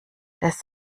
des